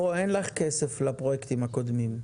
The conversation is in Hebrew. פה אין לך כסף לפרויקטים הקודמים.